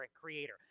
creator